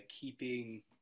keeping